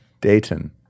Dayton